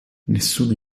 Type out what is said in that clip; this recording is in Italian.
nessuno